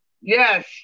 Yes